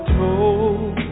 told